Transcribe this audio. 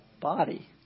body